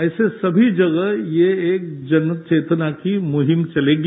ऐसे सभी जगह ये एक जनचेतना की मुहिम चलेगी